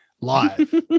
live